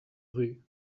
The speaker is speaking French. rue